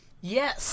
Yes